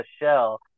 Michelle